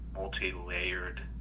multi-layered